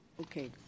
Okay